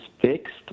fixed